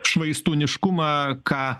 švaistūniškumą ką